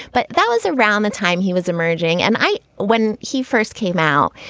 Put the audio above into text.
but that was around the time he was emerging. and i when he first came out,